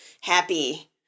happy